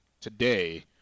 today